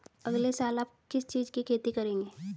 अगले साल आप किस चीज की खेती करेंगे?